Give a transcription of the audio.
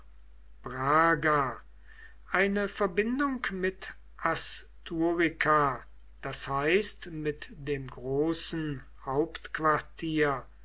eine verbindung mit asturica das heißt mit dem großen hauptquartier